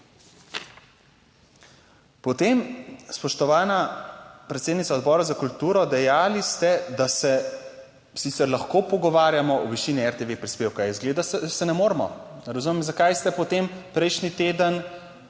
Potem spoštovana predsednica Odbora za kulturo, dejali ste, da se sicer lahko pogovarjamo o višini RTV prispevka, izgleda se ne moremo. Razumem zakaj ste potem prejšnji teden